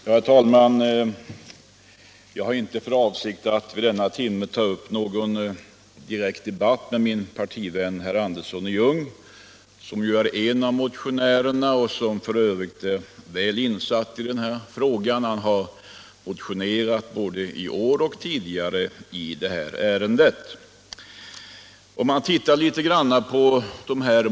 Herr talman! Jag har inte för avsikt att vid denna timme ta upp någon direkt debatt med min partivän herr Andersson i Ljung, som ju är en av motionärerna och som f. ö. är väl insatt i denna fråga. Han har motionerat i detta ärende både i år och tidigare.